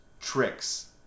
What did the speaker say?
tricks